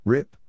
Rip